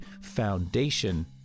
foundation